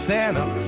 Santa